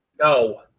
No